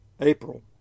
April